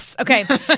Okay